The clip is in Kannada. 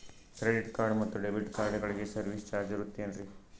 ಕ್ರೆಡಿಟ್ ಕಾರ್ಡ್ ಮತ್ತು ಡೆಬಿಟ್ ಕಾರ್ಡಗಳಿಗೆ ಸರ್ವಿಸ್ ಚಾರ್ಜ್ ಇರುತೇನ್ರಿ?